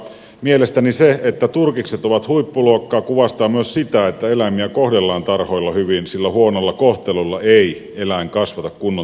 mielestäni se että turkikset ovat huippuluokkaa kuvastaa myös sitä että eläimiä kohdellaan tarhoilla hyvin sillä huonolla kohtelulla ei eläin kasvata kunnon turkkia